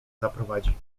zaprowadzi